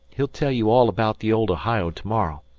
he'll tell you all about the old ohio tomorrow.